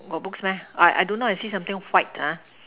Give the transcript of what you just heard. got books meh I I don't know I see something white ah